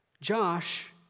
Josh